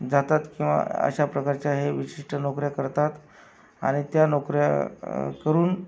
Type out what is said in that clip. जातात किंवा अशा प्रकारच्या हे विशिष्ट नोकऱ्या करतात आणि त्या नोकऱ्या करून